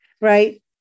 right